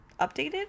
updated